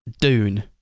Dune